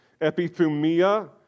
epithumia